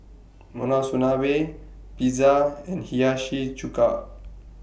Monsunabe Pizza and Hiyashi Chuka